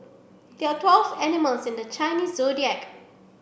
there are twelve animals in the Chinese Zodiac